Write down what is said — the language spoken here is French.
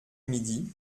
midi